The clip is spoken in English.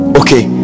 okay